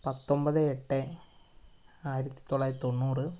പത്തൊമ്പത് എട്ട് ആയിരത്തിത്തൊള്ളായിരത്തി തൊണ്ണൂറ്